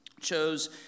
chose